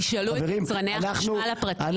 תשאלו את יצרני החשמל הפרטיים.